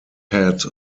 had